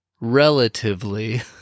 relatively